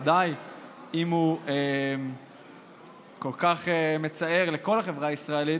ודאי אם הוא כל כך מצער את כל החברה הישראלית,